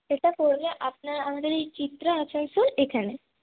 সেটা পড়বে আপনার আমাদের এই চিত্রা আসানসোল এখানে